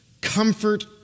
comfort